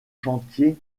chantiers